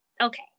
okay